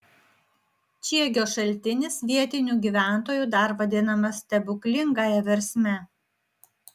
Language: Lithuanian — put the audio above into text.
čiegio šaltinis vietinių gyventojų dar vadinamas stebuklingąja versme